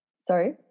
Sorry